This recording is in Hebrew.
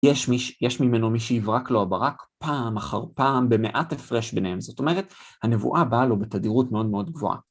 יש ממנו מי שיברק לו הברק, פעם אחר פעם, במעט הפרש ביניהם. זאת אומרת, הנבואה באה לו בתדירות מאוד מאוד גבוהה.